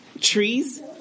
trees